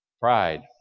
Pride